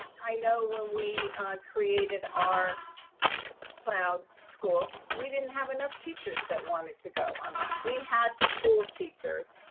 i know when we created our cloud school, we didn't have enough teachers that wanted to go online. we had to pull teachers,